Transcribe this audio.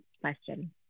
question